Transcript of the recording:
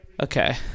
Okay